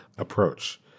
approach